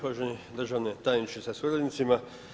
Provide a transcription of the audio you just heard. Uvaženi državni tajniče sa suradnicima.